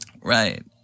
Right